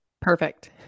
Perfect